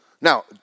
Now